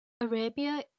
Arabia